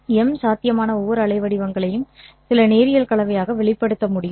M சாத்தியமான ஒவ்வொரு அலைவடிவங்களையும் சில நேரியல் கலவையாக வெளிப்படுத்த முடியும்